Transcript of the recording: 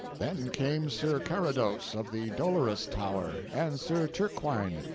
then came sir carados of the dolorous tower, and sir turquine,